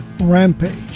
Rampage